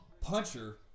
puncher